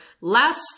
last